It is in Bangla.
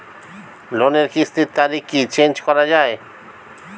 লোনের কিস্তির তারিখ কি চেঞ্জ করা যায়?